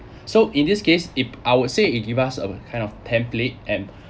so in this case ip~ I would say it give us our kind of template and